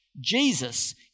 Jesus